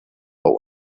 una